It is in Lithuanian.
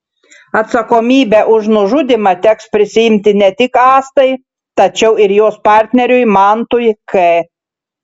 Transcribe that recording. atsakomybę už nužudymą teks prisiimti ne tik astai tačiau ir jos partneriui mantui k